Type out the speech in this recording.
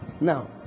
Now